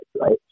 right